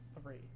three